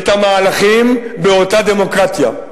את המהלכים באותה דמוקרטיה.